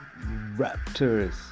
Raptors